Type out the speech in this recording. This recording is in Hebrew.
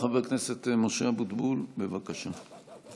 חבר הכנסת משה אבוטבול, בבקשה.